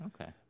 Okay